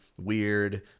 weird